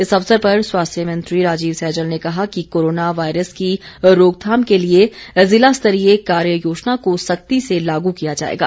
इस अवसर पर स्वास्थ्य मंत्री राजीव सैजल ने कहा कि कोरोना वायरस की रोकथाम के लिए ज़िला स्तरीय कार्य योजना को सख्ती से लागू किया जाएगा